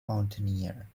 mountaineer